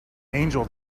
angel